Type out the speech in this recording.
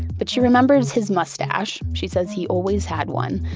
but she remembers his mustache, she says he always had one,